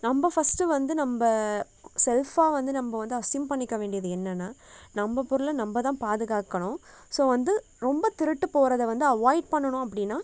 நம்ம ஃபஸ்ட்டு வந்து நம்ம செல்ஃபாக வந்து நம்ம வந்து அசைன் பண்ணிக்க வேண்டியது என்னன்னா நம்ம பொருளை நம்ப தான் பாதுகாக்கணும் ஸோ வந்து ரொம்ப திருட்டு போகிறத வந்து அவாய்ட் பண்ணணும் அப்படின்னா